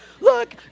look